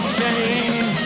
change